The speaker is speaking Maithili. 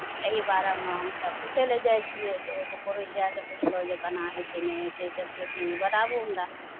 एही बारेमे हमसभ पूछै लेल जाइ छियै तऽ ओ पड़ोसिया सभकेँ पुछलहुँ जे केना होइ छै नहि होइ छै सेसभ बताबू हमरा